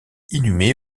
inhumée